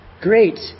great